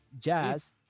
Jazz